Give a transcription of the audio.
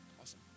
Awesome